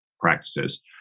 practices